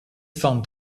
font